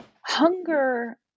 hunger